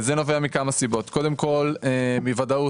זה נובע מכמה סיבות: קודם כל, מוודאות.